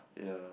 ya